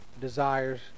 desires